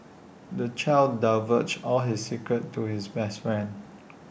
the child divulged all his secrets to his best friend